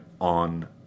on